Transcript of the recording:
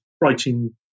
writing